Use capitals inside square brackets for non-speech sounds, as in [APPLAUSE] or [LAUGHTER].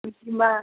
[UNINTELLIGIBLE]